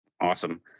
Awesome